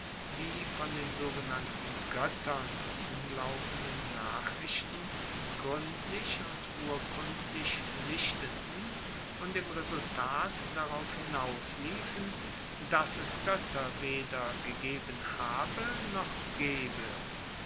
die von den sogenannten goettern umlaufenden nachrichten gruendlich und urkundlich sichteten und im resultat darauf hinausliefen dass es goetter weder gegeben habe noch gebe